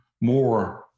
more